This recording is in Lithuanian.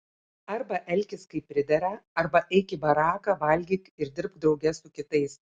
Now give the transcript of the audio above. arba elkis kaip pridera arba eik į baraką valgyk ir dirbk drauge su kitais